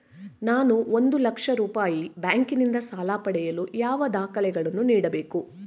ನಾನು ಒಂದು ಲಕ್ಷ ರೂಪಾಯಿ ಬ್ಯಾಂಕಿನಿಂದ ಸಾಲ ಪಡೆಯಲು ಯಾವ ದಾಖಲೆಗಳನ್ನು ನೀಡಬೇಕು?